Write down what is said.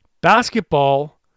Basketball